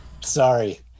Sorry